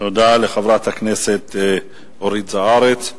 תודה לחברת הכנסת אורית זוארץ.